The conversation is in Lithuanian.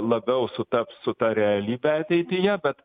labiau sutaps su ta realybe ateityje bet